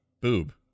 boob